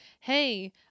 hey